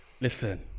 Listen